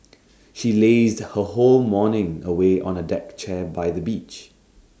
she lazed her whole morning away on A deck chair by the beach